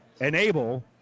enable